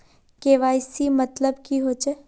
KYC मतलब की होचए?